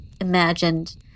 imagined